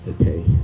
Okay